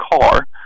car